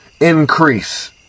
increase